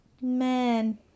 man